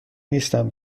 نیستم